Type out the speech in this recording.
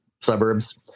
suburbs